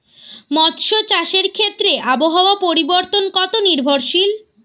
মৎস্য চাষের ক্ষেত্রে আবহাওয়া পরিবর্তন কত নির্ভরশীল?